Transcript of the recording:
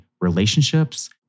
relationships